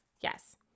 Yes